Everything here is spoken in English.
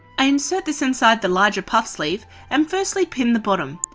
i insert this inside the larger puff sleeve and firstly pin the bottom.